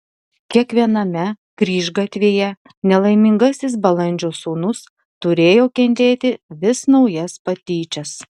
kiekviename kryžgatvyje nelaimingasis balandžio sūnus turėjo kentėti vis naujas patyčias